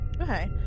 Okay